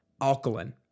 alkaline